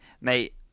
mate